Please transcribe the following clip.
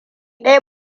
daya